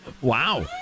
Wow